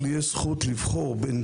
בוקר טוב,